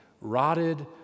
rotted